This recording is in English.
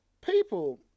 people